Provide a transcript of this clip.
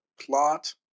plot